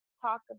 talk